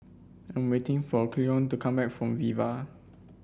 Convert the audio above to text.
I'm waiting for Cleone to come back from Viva